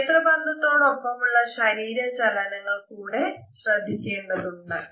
നേത്രബന്ധത്തോടൊപ്പമുള്ള ശരീര ചലനങ്ങൾ കൂടെ ശ്രദ്ദ്ധിക്കേണ്ടതുണ്ട്